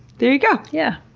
there you go. yeah.